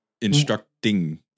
instructing